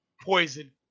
poison